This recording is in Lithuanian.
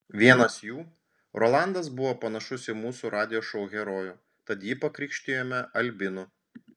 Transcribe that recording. vienas jų rolandas buvo panašus į mūsų radijo šou herojų tad jį pakrikštijome albinu